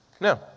No